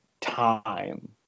time